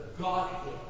Godhead